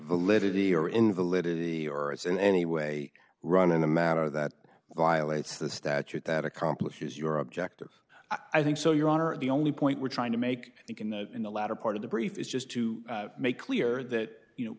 validity or invalidity or in any way run in a matter that violates the statute that accomplishes your objectives i think so your honor the only point we're trying to make it in the in the latter part of the brief is just to make clear that you know